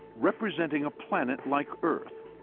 representing a planet like earth,